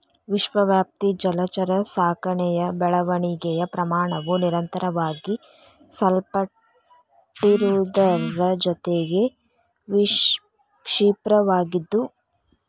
ವಿಶ್ವವ್ಯಾಪಿ ಜಲಚರ ಸಾಕಣೆಯ ಬೆಳವಣಿಗೆಯ ಪ್ರಮಾಣವು ನಿರಂತರವಾಗಿ ಸಲ್ಪಟ್ಟಿರುವುದರ ಜೊತೆಗೆ ಕ್ಷಿಪ್ರವಾಗಿದ್ದು